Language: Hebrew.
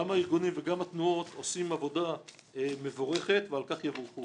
גם הארגונים וגם התנועות עושים עבודה מבורכת ועל כך יבורכו.